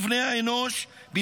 למען הילדים ובני האנוש בכלל,